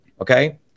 okay